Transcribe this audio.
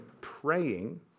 praying